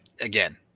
Again